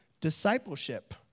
discipleship